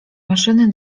maszyny